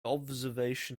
observation